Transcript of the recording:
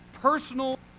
personal